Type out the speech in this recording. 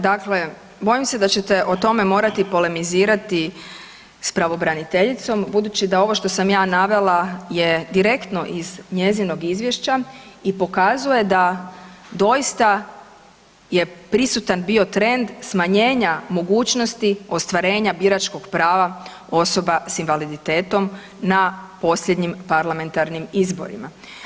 Dakle, bojim se da ćete o tome morati polemizirati s pravobraniteljicom budući da ovo što sam ja navela je direktno iz njezinog izvješća i pokazuje da doista je prisutan bio trend smanjenja mogućnosti ostvarenja biračkog prava osoba s invaliditetom na posljednjim parlamentarnim izborima.